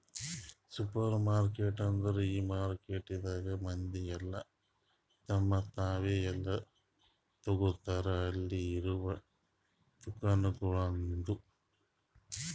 supermarket ಅಂದುರ್ ಈ ಮಾರ್ಕೆಟದಾಗ್ ಮಂದಿ ಎಲ್ಲಾ ತಮ್ ತಾವೇ ಎಲ್ಲಾ ತೋಗತಾರ್ ಅಲ್ಲಿ ಇರವು ದುಕಾನಗೊಳ್ದಾಂದು